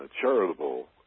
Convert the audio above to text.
charitable